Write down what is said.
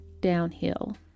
downhill